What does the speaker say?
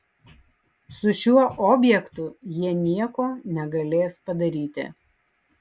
su šiuo objektu jie nieko negalės padaryti